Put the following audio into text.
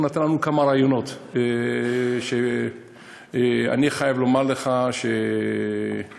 הוא נתן לנו כמה רעיונות שאני חייב לומר לך שהוא מבין,